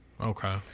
Okay